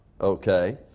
Okay